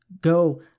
Go